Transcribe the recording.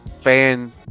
fan